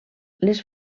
les